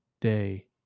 day